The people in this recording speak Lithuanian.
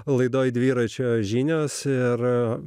laidoje dviračio žinios ir